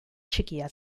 txikia